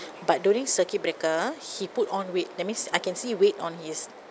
but during circuit breaker he put on weight that means I can see weight on his